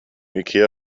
ikea